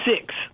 six